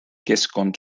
keskkond